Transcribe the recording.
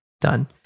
done